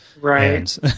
Right